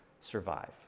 survive